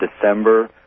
December